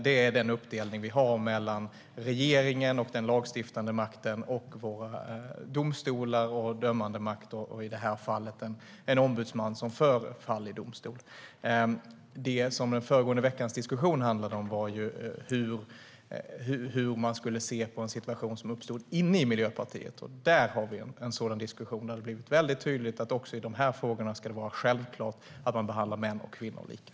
Det är den uppdelning vi har mellan regering, lagstiftande makt och dömande makt, i detta fall en ombudsman som för talan i domstol. Det förra veckans diskussion handlade om var hur man skulle se på en situation som uppstod inom Miljöpartiet. Här för vi en diskussion där det har blivit väldigt tydligt att det också i dessa frågor är självklart att behandla män och kvinnor lika.